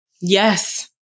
Yes